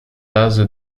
razy